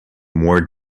more